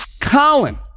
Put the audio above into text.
COLIN